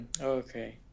Okay